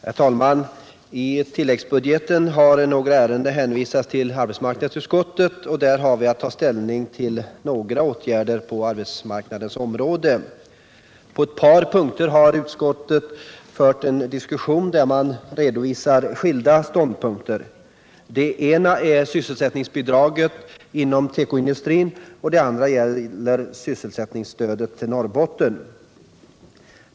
Herr talman! Några ärenden i tilläggsbudgeten har hänvisats till arbetsmarknadsutskottet, och vi har att ta ställning till några åtgärder på arbetsmarknadens område. På ett par punkter har utskottet fört en diskussion där man redovisar skilda ståndpunkter. Den ena är sysselsättningsbidraget inom tekoindustrin och den andra är sysselsättningsstödet till Norrbotten.